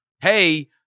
Hey